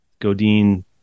Godine